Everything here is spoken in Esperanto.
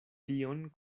tion